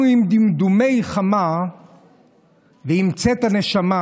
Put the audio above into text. אנחנו עם דמדומי חמה ועם צאת הנשמה,